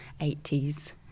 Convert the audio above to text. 80s